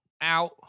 out